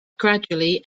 gradually